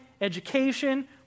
education